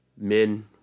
Men